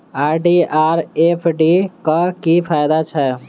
RD आ FD क की फायदा छै?